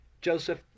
Joseph